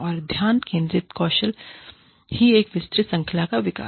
और ध्यान केंद्रित कौशल ही एक विस्तृत श्रृंखला का विकास